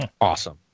Awesome